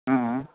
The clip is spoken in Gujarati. હા